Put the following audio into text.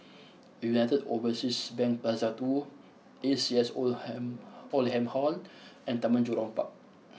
United Overseas Bank Plaza two A C S Oldham Hall and and Taman Jurong Park